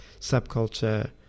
subculture